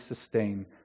sustain